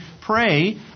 pray